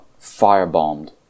firebombed